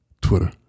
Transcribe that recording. Twitter